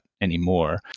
anymore